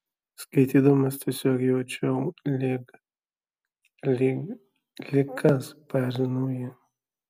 skaitydamas tiesiog jaučiau lyg lyg lyg kas paerzinau jį